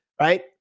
right